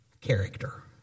character